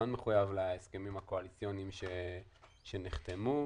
מחויב להסכמים הקואליציוניים שנחתמו.